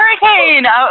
hurricane